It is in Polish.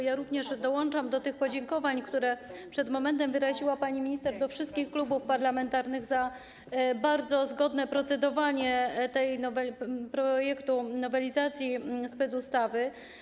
Ja również dołączam się do podziękowań, które przed momentem wyraziła pani minister, dla wszystkich klubów parlamentarnych za bardzo zgodne procedowanie tego projektu nowelizacji specustawy.